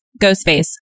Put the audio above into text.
Ghostface